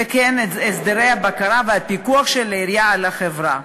וכן את הסדרי הבקרה והפיקוח של העירייה על החברה.